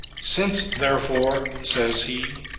since, therefore, says he,